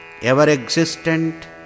ever-existent